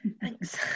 Thanks